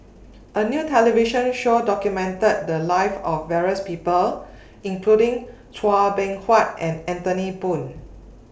A New television Show documented The Lives of various People including Chua Beng Huat and Anthony Poon